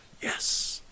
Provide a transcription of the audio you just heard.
yes